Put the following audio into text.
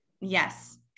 yes